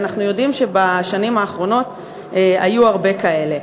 ואנחנו יודעים שבשנים האחרונות היו הרבה כאלה.